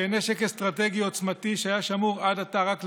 שהן נשק אסטרטגי עוצמתי שהיה שמור עד עתה רק לצה"ל,